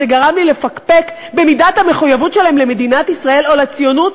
זה גרם לי לפקפק במידת המחויבות שלהם למדינת ישראל או לציונות?